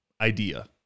idea